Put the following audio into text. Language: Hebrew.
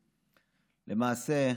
למעשה,